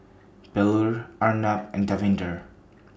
Bellur Arnab and Davinder